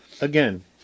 again